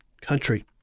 country